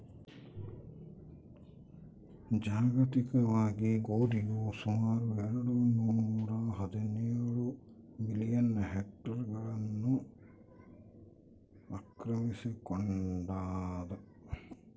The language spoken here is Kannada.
ಜಾಗತಿಕವಾಗಿ ಗೋಧಿಯು ಸುಮಾರು ಎರೆಡು ನೂರಾಹದಿನೇಳು ಮಿಲಿಯನ್ ಹೆಕ್ಟೇರ್ಗಳನ್ನು ಆಕ್ರಮಿಸಿಕೊಂಡಾದ